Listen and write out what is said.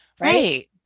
right